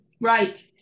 right